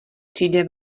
přijde